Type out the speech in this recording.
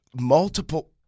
Multiple